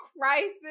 crisis